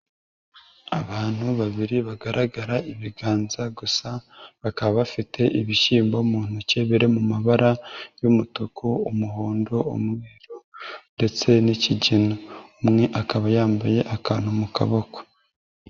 Abantu babiri bagaragara ibiganza gusa, bakaba bafite ibishyimbo mu ntoki biri mu mabara y'umutuku, umuhondo, umweru ndetse n'ikigina. Umwe akaba yambaye akantu mu kaboko.